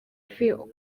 film